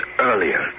earlier